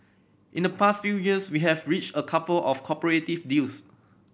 in the past few years we have reached a couple of cooperative deals